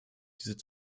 diese